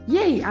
Yay